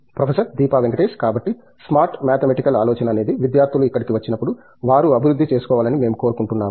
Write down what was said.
professor Deepa Venkatesh కాబట్టి smart mathematical ఆలోచన అనేది విద్యార్థులు ఇక్కడికి వచ్చినప్పుడు వారు అభివృద్ధి చేసుకోవాలని మేము కోరుకుంటున్నాము